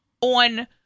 on